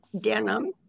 denim